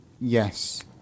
Yes